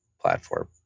platform